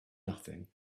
nothing